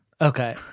Okay